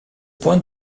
point